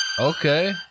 Okay